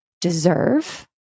deserve